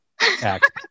act